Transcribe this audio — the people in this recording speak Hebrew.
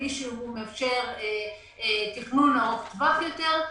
כלי שאמור לאפשר תכנון ארוך טווח יותר,